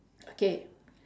okay